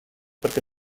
perquè